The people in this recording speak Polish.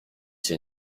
się